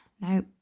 Now